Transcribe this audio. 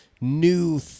new